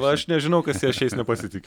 aš nežinau kas jie aš jais nepasitik